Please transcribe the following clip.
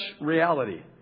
reality